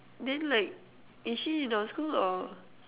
then like is she in our school or